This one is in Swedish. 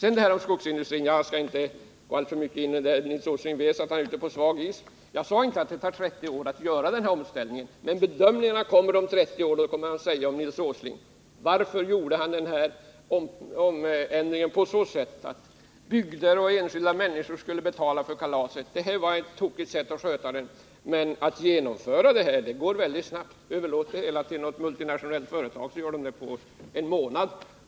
Jag skall inte gå in alltför mycket på frågan om skogsindustrin. Nils Åsling vet att han är ute på svag is. Jag sade inte att det tar 30 år att göra omställningen, men bedömningarna kommer att göras om 30 år, och då kommer man att säga om Nils Åsling: Varför gjorde han omställningen på ett sådant sätt att bygder och enskilda människor fick betala kalaset? Det var ett tokigt sätt att sköta uppgiften. Att genomföra industriministerns idéer går väldigt snabbt. Överlåt det hela till något multinationellt företag, så är det gjort på en månad.